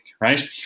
right